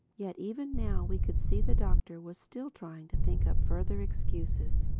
yet even now we could see the doctor was still trying to think up further excuses.